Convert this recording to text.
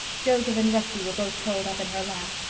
joseph and rusty were both curled up in her lap.